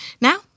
Now